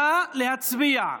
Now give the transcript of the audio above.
נא להצביע.